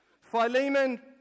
Philemon